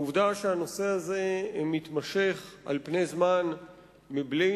העובדה שהנושא הזה מתמשך על פני זמן מבלי